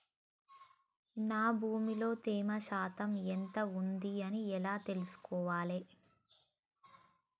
నా భూమి లో తేమ శాతం ఎంత ఉంది ఎలా తెలుసుకోవాలే?